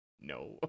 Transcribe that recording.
No